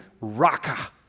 raka